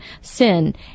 sin